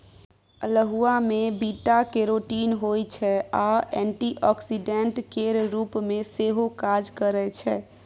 अल्हुआ मे beta carotene होइ छै आ एंटीआक्सीडेंट केर रुप मे सेहो काज करय छै